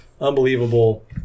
Unbelievable